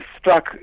struck